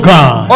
God